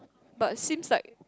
but seems like